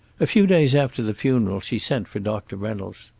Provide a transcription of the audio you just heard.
a few days after the funeral she sent for doctor reynolds.